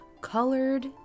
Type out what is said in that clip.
colored